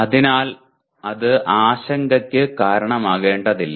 അതിനാൽ അത് ആശങ്കയ്ക്ക് കാരണമാകേണ്ടതില്ല